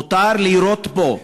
מותר לירות בו.